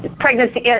pregnancy